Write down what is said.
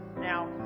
Now